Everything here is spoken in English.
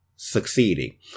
Succeeding